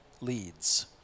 leads